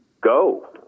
go